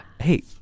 Hey